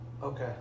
Okay